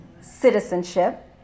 citizenship